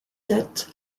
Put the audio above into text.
sept